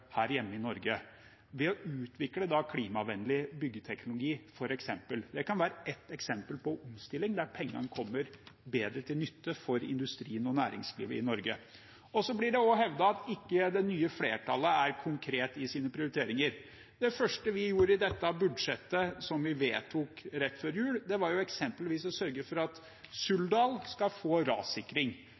her hjemme i Norge ved å utvikle f.eks. klimavennlig byggeteknologi. Det kan være ett eksempel på omstilling der pengene kommer bedre til nytte for industrien og næringslivet i Norge. Det blir også hevdet at det nye flertallet ikke er konkrete i sine prioriteringer. Det første vi gjorde i dette budsjettet, som vi vedtok rett før jul, var eksempelvis å sørge for at Suldal skal få rassikring.